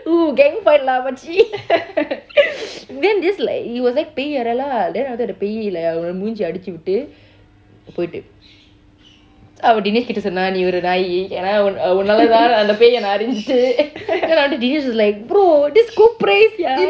oo gang fight lah மச்சி:machi then just like he was like பேய் அறை:pey arai lah then after that the பேய்:pey like அவனோட மூஞ்சியில அடிச்சுட்டு போயிட்டு:avanoota mooncilla aticitu pooitu so அவன்:avan dinesh கிட்ட சொன்னான் நீ ஒரு நாய் ஏன்னா உன்னால நானும் அந்த பேய் அறஞ்சிட்டு:kitta chonaan nee oru naai ennaa unnaalla naanum anta peya aranchitu then after that dinesh was just like bro just go pray sia